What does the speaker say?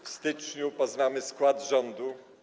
W styczniu poznamy skład rządu.